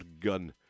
gun